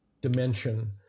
dimension